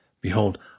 Behold